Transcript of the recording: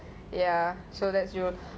ya so that's you